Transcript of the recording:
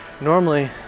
Normally